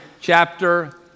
chapter